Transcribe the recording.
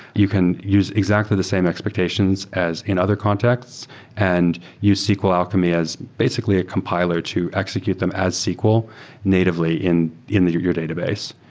you can use exactly the same expectations as in other contexts and use sql alchemy as basically a compiler to execute them as sql natively in in your your database.